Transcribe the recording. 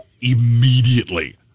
immediately